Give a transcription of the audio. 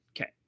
Okay